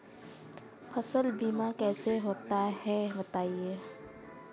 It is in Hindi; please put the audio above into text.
फसल बीमा कैसे होता है बताएँ?